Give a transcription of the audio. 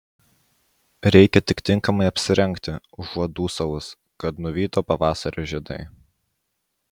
reikia tik tinkamai apsirengti užuot dūsavus kad nuvyto pavasario žiedai